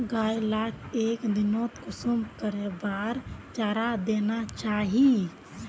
गाय लाक एक दिनोत कुंसम करे बार चारा देना चही?